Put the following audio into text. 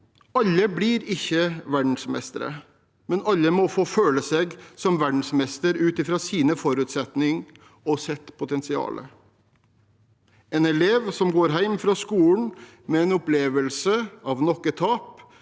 Alle blir ikke verdensmester, men alle må få føle seg som verdensmester ut fra sine forutsetninger og sitt potensial. At en elev går hjem fra skolen med en opplevelse av nok et tap,